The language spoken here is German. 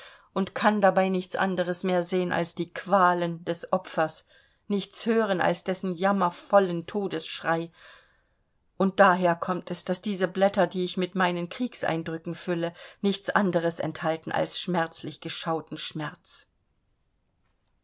und kann dabei nichts anderes mehr sehen als die qualen des opfers nichts hören als dessen jammervollen todesschrei und daher kommt es daß diese blätter die ich mit meinen kriegseindrücken fülle nichts anderes enthalten als schmerzlich geschauten schmerz